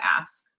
ask